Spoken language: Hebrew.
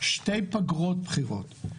שתי פגרות בחירות.